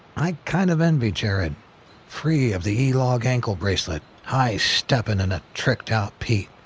i kind of envy jared free of the e log ankle bracelet, high stepping in a tricked-out pete.